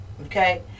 okay